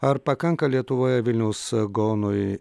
ar pakanka lietuvoje vilniaus gaonui